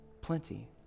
plenty